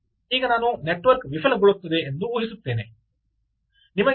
ಈಗ ನಾನು ನೆಟ್ವರ್ಕ್ ವಿಫಲಗೊಳ್ಳುತ್ತದೆ ಎಂದು ಊಹಿಸುತ್ತೇನೆ